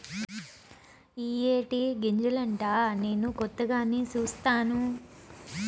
ఇయ్యే టీ గింజలంటా నేను కొత్తగానే సుస్తాను